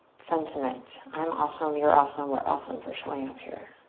sentiment. i'm awesome, you're awesome, we're awesome for showing up here.